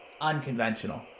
unconventional